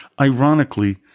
Ironically